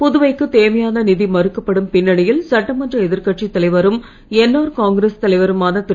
புதுவைக்குத் தேவையான நிதி மறுக்கப்படும் பின்னணியில் சட்டமன்ற எதிர்கட்சித் தலைவரும் என்ஆர் காங்கிரஸ் தலைவருமான திரு